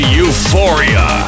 euphoria